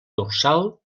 dorsal